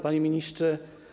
Panie Ministrze!